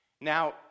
Now